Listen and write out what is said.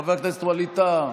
חבר הכנסת ווליד טאהא,